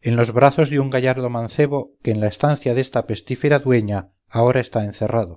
en los brazos de un gallardo mancebo que en la estancia desta pestífera dueña ahora está encerrado